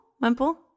Wimple